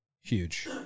Huge